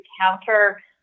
counter